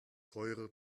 teure